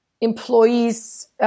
employees